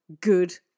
good